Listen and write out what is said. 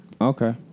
Okay